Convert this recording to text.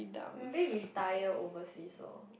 maybe retire overseas lor